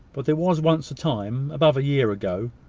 but there was once a time, above a year ago,